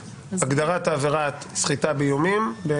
הגדרת עבירת סחיטה באיומים.